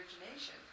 origination